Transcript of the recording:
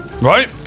Right